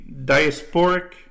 diasporic